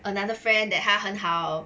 another friend that 他还很好